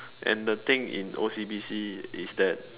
and the thing in O_C_B_C is that